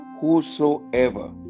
whosoever